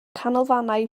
canolfannau